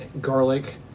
garlic